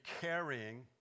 carrying